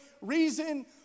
reason